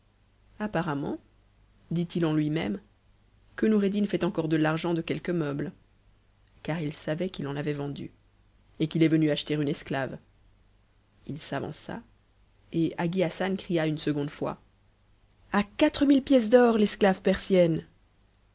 apparemment dittni méme que noureddin fait encore de l'argent de quelques meubles il savait qu'il en avait vendu et qu'il est venu acheter une es ac il s'avança et hagi hassan cria une seconde fois a quatre mille pièces d'or l'esclave persienne